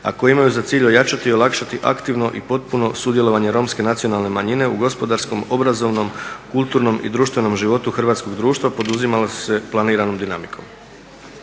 a koji imaju za cilj ojačati i olakšati aktivno i potpuno sudjelovanje romske nacionalne manjine u gospodarskom, obrazovnom, kulturnom i društvenom životu hrvatskog društva poduzimala su se planiranom dinamikom.